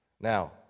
Now